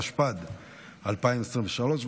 התשפ"ד 2023,